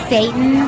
Satan